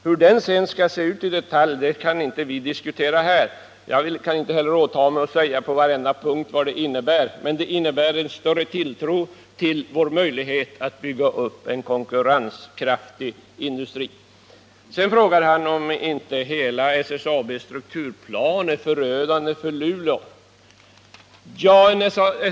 Hur den sedan skall se ut i detalj kan vi inte diskutera här. Jag kan inte heller åtaga mig att på varje punkt säga vad den innebär. Men den innebär en större tilltro till vår möjlighet att bygga upp en konkurrenskraftig industri. Lars-Ove Hagberg frågar om inte SSAB:s hela strukturplan är förödande för Luleå.